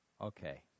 Okay